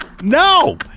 No